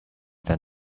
than